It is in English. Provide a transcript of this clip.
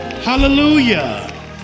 Hallelujah